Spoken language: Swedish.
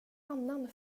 annan